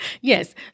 Yes